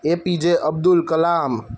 APJ Abdul Kalam